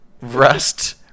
Rust